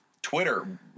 Twitter